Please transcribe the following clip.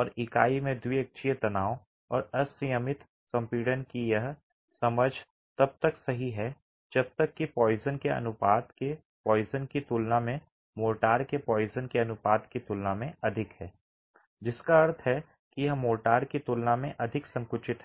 और इकाई में द्विअक्षीय तनाव और असंयमित संपीड़न की यह समझ तब तक सही है जब तक कि पोइसन के अनुपात के पोइसन की तुलना में मोर्टार के पोइसन के अनुपात की तुलना में अधिक है जिसका अर्थ है कि यह मोर्टार की तुलना में अधिक संकुचित है